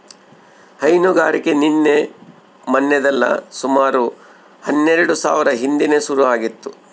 ಹೈನುಗಾರಿಕೆ ನಿನ್ನೆ ಮನ್ನೆದಲ್ಲ ಸುಮಾರು ಹನ್ನೆಲ್ಡು ಸಾವ್ರ ಹಿಂದೇನೆ ಶುರು ಆಗಿತ್ತು